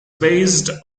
based